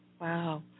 Wow